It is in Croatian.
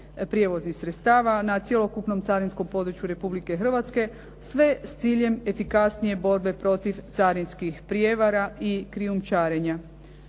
prijevoznih sredstava na cjelokupnom carinskom području Republike Hrvatske, sve s ciljem efikasnije borbe protiv carinskih prijevara i krijumčarenja.